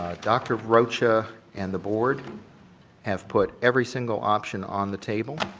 dr. rocha and the board have put every single option on the table